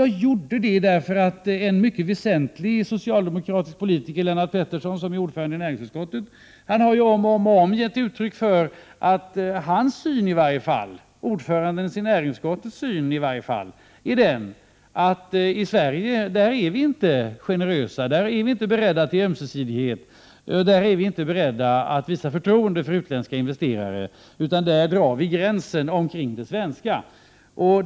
Jag gjorde så därför att en mycket väsentlig socialdemokratisk politiker, Lennart Pettersson, ordförande i näringsutskottet, om och om igen har givit uttryck för att åtminstone hans syn är den att vi i Sverige inte är generösa, inte är beredda till ömsesidighet, inte beredda att visa förtroende för utländska investerare. I Sverige drar vi alltså en gräns omkring det svenska.